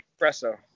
Espresso